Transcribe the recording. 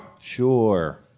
Sure